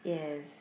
yes